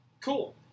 Cool